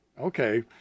okay